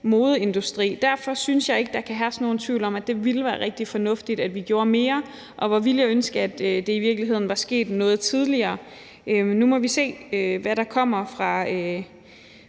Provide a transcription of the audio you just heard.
modeindustri. Derfor synes jeg ikke, at der kan herske nogen tvivl om, at det ville være rigtig fornuftigt, at vi gjorde mere. Og hvor ville jeg ønske, at det i virkeligheden var sket noget tidligere. Nu må vi se, hvad der kommer fra